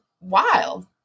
wild